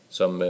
som